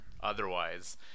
otherwise